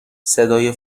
صدای